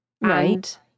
Right